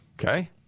Okay